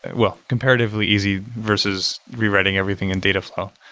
well, comparatively easy versus rewriting everything in dataflow.